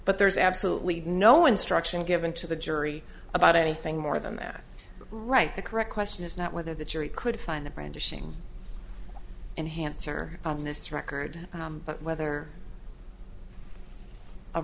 but there's absolutely no instruction given to the jury about anything more than that right the correct question is not whether the jury could find the brandishing enhanced or on this record but whether a